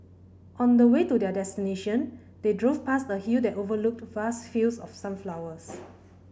on the way to their destination they drove past a hill that overlooked vast fields of sunflowers